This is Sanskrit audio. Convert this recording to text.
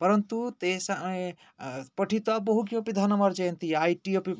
परन्तु तेषां पठित्वा बहु किमपि धनम् आर्जयन्ति ऐटि अपि